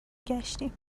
گشتیم